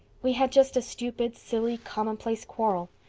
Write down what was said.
we had just a stupid, silly, commonplace quarrel.